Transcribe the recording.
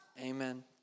Amen